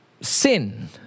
sin